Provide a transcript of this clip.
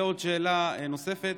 ועוד שאלה נוספת: